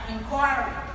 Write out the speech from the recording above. Inquiry